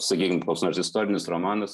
sakykim koks nors istorinis romanas